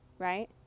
right